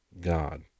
God